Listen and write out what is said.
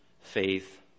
faith